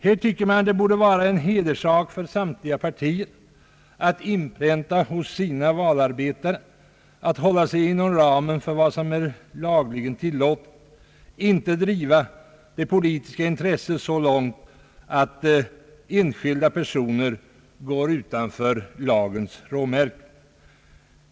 Man tycker att det borde vara en hederssak för samtliga partier att inpränta hos sina valarbetare att hålla sig inom ramen för vad som är lagligen tillåtet och inte driva det politiska intresset så långt, att enskilda personer går utanför lagens råmärken.